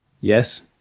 Yes